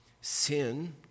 Sin